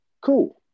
cool